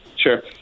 Sure